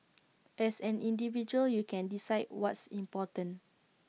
as an individual you can decide what's important